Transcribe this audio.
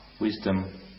wisdom